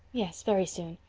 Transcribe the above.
yes, very soon.